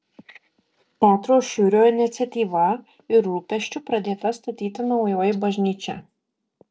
petro šiurio iniciatyva ir rūpesčiu pradėta statyti naujoji bažnyčia